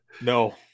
no